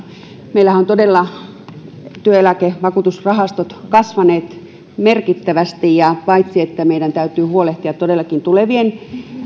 meillähän ovat työeläkevakuutusrahastot todella kasvaneet merkittävästi ja paitsi että meidän täytyy todellakin huolehtia tulevien